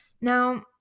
Now